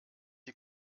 die